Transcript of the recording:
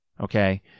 Okay